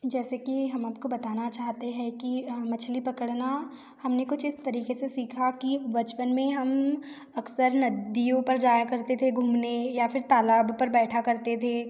जैसे कि हम आपको बताना चाहते हैं कि मछली पकड़ना हम ने कुछ इस तरीक़े से सीखा कि बचपन में हम अक्सर नदियों पर जाया करते थे घूमने या फिर तालाब पर बैठा करते थे